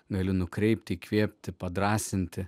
gali nukreipti įkvėpti padrąsinti